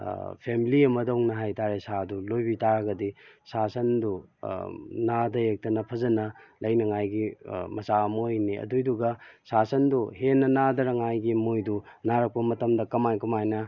family ꯑꯃꯗꯧꯅ ꯍꯥꯏꯇꯥꯔꯦ ꯁꯥꯗꯨ ꯂꯣꯏꯕꯤ ꯇꯥꯔꯒꯗꯤ ꯁꯥ ꯁꯟꯗꯨ ꯅꯥꯗ ꯌꯦꯛꯇꯅ ꯐꯖꯅ ꯂꯩꯅꯤꯡꯉꯥꯏꯒꯤ ꯃꯆꯥꯛ ꯑꯃ ꯑꯣꯏꯅꯤ ꯑꯗꯨꯏꯗꯨꯒ ꯁꯥ ꯁꯟꯗꯨ ꯍꯦꯟꯅ ꯅꯥꯗꯅꯉꯥꯏꯒꯤ ꯃꯣꯏꯗꯨ ꯅꯥꯔꯛꯄ ꯃꯇꯝꯗ ꯀꯃꯥꯏ ꯀꯃꯥꯏꯅ